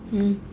mm